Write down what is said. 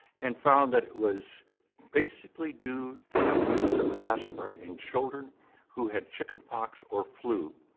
and found that it was basically due to the use of aspirin in children who had chickenpox or flu,